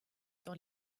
dans